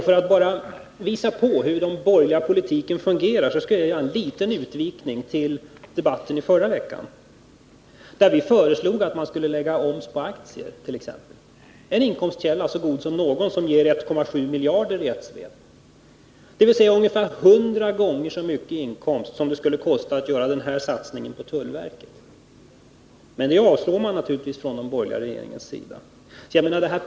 För att visa hur den borgerliga politiken fungerar skall jag göra en liten utvikning till debatten i förra veckan. Vi föreslog då bl.a. moms på aktier, en inkomstkälla så god som någon. Den skulle ge 1,7 miljarder i ett svep, dvs. 100 gånger så mycket i inkomst som det skulle kosta att göra den satsning på tullverket som vi nu föreslår. Men det förslaget till inkomstförstärkning avslås naturligtvis av de borgerliga partierna.